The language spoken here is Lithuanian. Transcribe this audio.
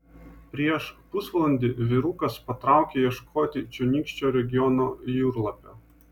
prieš pusvalandį vyrukas patraukė ieškoti čionykščio regiono jūrlapio